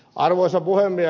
arvoisa puhemies